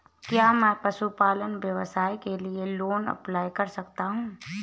क्या मैं पशुपालन व्यवसाय के लिए लोंन अप्लाई कर सकता हूं?